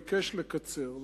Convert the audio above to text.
ביקש לקצר,